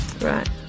Right